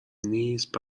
نیست